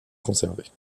conservés